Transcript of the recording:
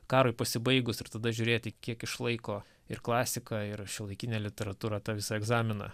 karui pasibaigus ir tada žiūrėti kiek išlaiko ir klasika ir šiuolaikinė literatūra tą visą egzaminą